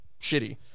shitty